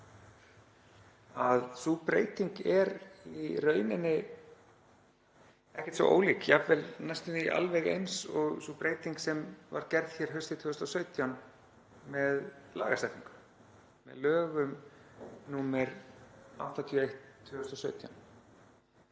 að sú breyting er í rauninni ekkert svo ólík, jafnvel næstum því alveg eins og sú breyting sem var gerð haustið 2017 með lagasetningu, með lögum nr. 81/2017,